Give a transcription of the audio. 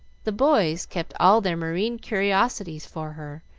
the boys kept all their marine curiosities for her,